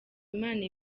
imana